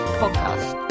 podcast